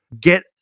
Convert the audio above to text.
Get